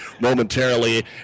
momentarily